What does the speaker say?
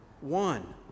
one